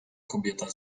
kobieta